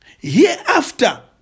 Hereafter